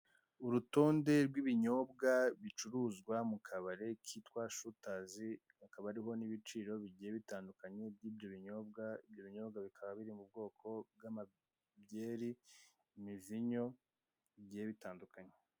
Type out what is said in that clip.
Urutonde rw'ibinyobwa bicuruzwa mu kabari kitwa shutazi, akabariho nibiciro bigiye bitandukanye byibyo byibinyobwa, ibyo binyobwa bikaba biri mu bwoko bwa ma byeri, imivinyo bigiye bitandukanye